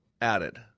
added